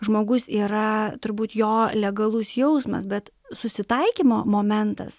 žmogus yra turbūt jo legalus jausmas bet susitaikymo momentas